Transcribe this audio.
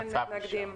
אין מתנגדים.